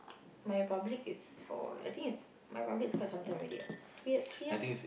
My Republic is for I think it's My Republic is quite some time already what two year three years